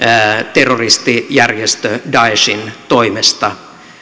terroristijärjestö daeshin toimesta